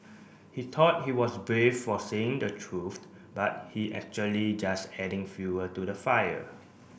he thought he was brave for saying the truth but he actually just adding fuel to the fire